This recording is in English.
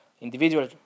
Individual